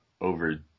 over